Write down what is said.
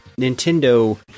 Nintendo